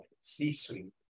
C-suite